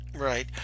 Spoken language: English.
Right